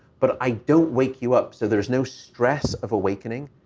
but i don't wake you up. so there's no stress of awakening.